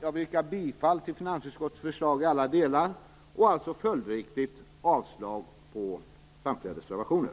Jag yrkar bifall till finansutskottets förslag i alla delar, och följdriktigt avslag på samtliga reservationer.